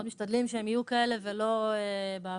מאוד משתדלים שהם יהיו כאלה ולא באוויר.